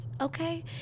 okay